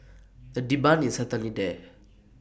the demand is certainly there